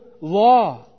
law